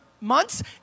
months